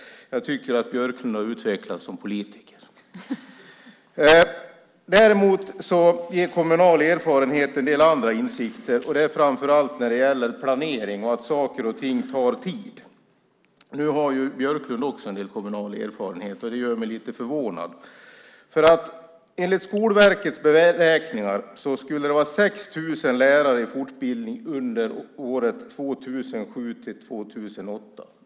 Jag tycker att Björklund har utvecklats som politiker. Kommunal erfarenhet ger en del andra insikter framför allt när det gäller planering och att saker och ting tar tid. Björklund har ju också en del kommunal erfarenhet. Därför blir jag lite förvånad. Enligt Skolverkets beräkningar skulle det vara 6 000 lärare i fortbildning läsåret 2007-2008.